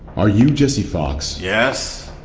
are you jesse fox? yes,